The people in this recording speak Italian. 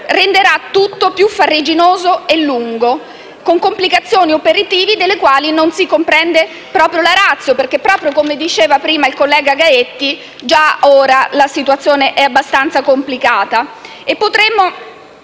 renderà tutto più farraginoso e lungo, con complicazioni operative delle quali proprio non si comprende la *ratio*, visto che, come diceva prima il collega Gaetti, già ora la situazione è abbastanza complicata.